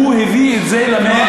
הוא הביא את זה ל"מיינסטרים".